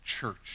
church